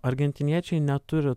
argentiniečiai neturi